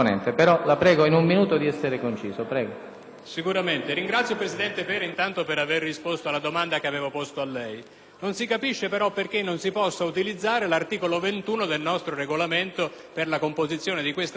Innanzitutto, ringrazio il presidente Pera per aver risposto alla domanda che avevo posto a lei. Non si capisce però perché non si possa utilizzare l'articolo 21 del nostro Regolamento per la composizione di questa Commissione come avviene per tutte le altre Commissioni permanenti;